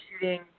shooting